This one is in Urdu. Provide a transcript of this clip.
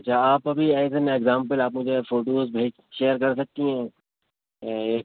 اچھا آپ اب ایز این اگزامپل آپ مجھے فوٹوز بھیج شیئر کر سکتی ہیں